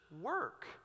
work